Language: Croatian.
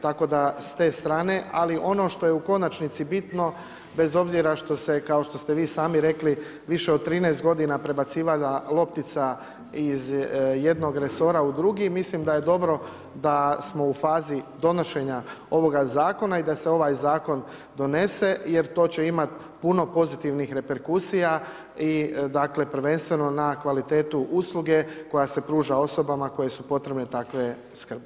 Tako da, s ste strane, ali ono što je u konačnici bitno, bez obzira što se, kao što ste vi sami rekli, više od 13 g. prebacivala loptica iz jednog resora u drugi, mislim da je dobro da smo u fazi donošenja ovoga zakona i da se ovaj zakon donese, jer to će imati puno pozitivnih reperkusija i dakle, prvenstveno na kvalitetu usluge, koja se pruža osobama kojima su potrebne takve skrbi.